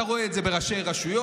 אתה רואה את זה אצל ראשי רשויות,